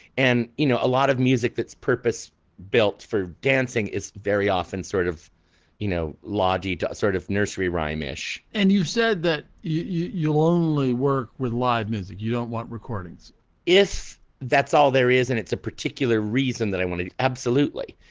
and you know a lot of music that's purpose built for dancing is very often sort of you know logic to sort of nursery rhyme ish and you said that you'll only work with live music you don't want recordings if that's all there is and it's a particular reason that i want to. absolutely.